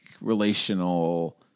relational